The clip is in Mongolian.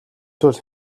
тул